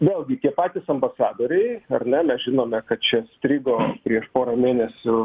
vėlgi tie patys ambasadoriai ar ne mes žinome kad čia strigo prieš porą mėnesių